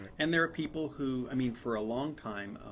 and there are people who, i mean, for a long time